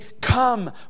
come